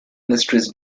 mysteries